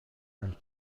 and